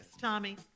Tommy